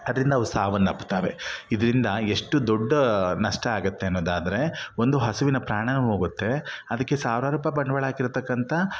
ಅದರಿಂದ ಅವು ಸಾವನ್ನಪ್ತಾವೆ ಇದರಿಂದ ಎಷ್ಟು ದೊಡ್ಡ ನಷ್ಟ ಆಗುತ್ತೆ ಅನ್ನೋದಾದರೆ ಒಂದು ಹಸುವಿನ ಪ್ರಾಣವೇ ಹೋಗುತ್ತೆ ಅದಕ್ಕೆ ಸಾವ್ರಾರು ರೂಪಾಯಿ ಬಂಡವಾಳ ಹಾಕಿರ್ತಕ್ಕಂಥ